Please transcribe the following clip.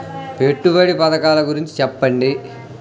పెట్టుబడి పథకాల గురించి చెప్పండి?